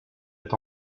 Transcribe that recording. est